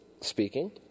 speaking